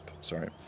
sorry